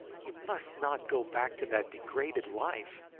you must not go back to that degraded life.